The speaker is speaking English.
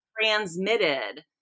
transmitted